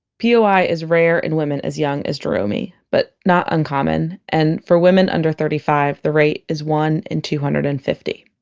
poi ah is rare in women as young as jeromey, but not uncommon, and for women under thirty five, the rate is one in two hundred and fifty